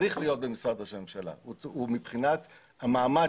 צריך להיות במשרד ראש הממשלה מבחינת המעמד